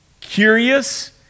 curious